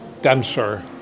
denser